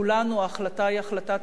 ההחלטה היא החלטת ממשלה,